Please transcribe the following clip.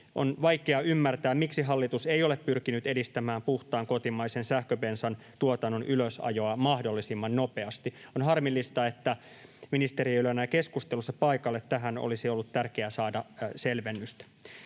On vaikea ymmärtää, miksi hallitus ei ole pyrkinyt edistämään puhtaan kotimaisen sähköbensan tuotannon ylösajoa mahdollisimman nopeasti. On harmillista, että ministeri ei ole enää keskustelussa paikalla. Tähän olisi ollut tärkeää saada selvennystä.